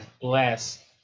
bless